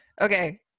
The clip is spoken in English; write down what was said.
Okay